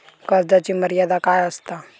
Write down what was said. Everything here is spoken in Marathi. कर्जाची मर्यादा काय असता?